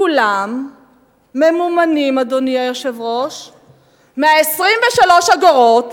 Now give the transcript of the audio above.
כולם ממומנים, אדוני היושב-ראש, מ-23 האגורות